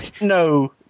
No